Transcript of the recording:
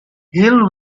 hill